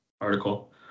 article